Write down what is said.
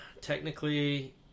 technically